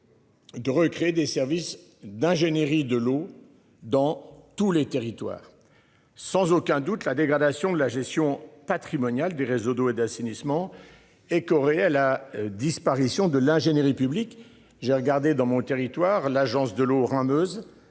De recréer des services d'ingénierie de l'eau dans tous les territoires. Sans aucun doute la dégradation de la gestion patrimoniale des réseaux d'eau et d'assainissement et réel, la disparition de l'ingénierie publique j'ai regardé dans mon territoire, l'Agence de l'eau Rhin-Meuse.